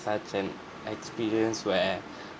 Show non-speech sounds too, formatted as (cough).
such an experience where (breath)